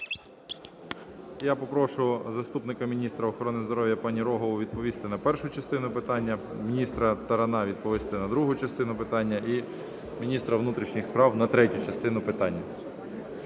Я попрошу заступника міністра охорони здоров'я пані Рогову відповісти на першу частину питання, міністра Тарана відповісти на другу частину питання і міністра внутрішніх справ – на третю частину питання.